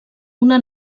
una